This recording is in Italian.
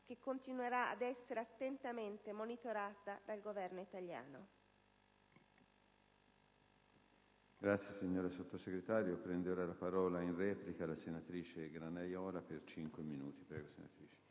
che continuerà ad essere attentamente monitorata dal Governo italiano.